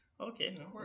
Okay